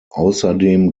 außerdem